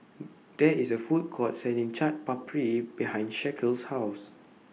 There IS A Food Court Selling Chaat Papri behind Shaquille's House